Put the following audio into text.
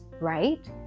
right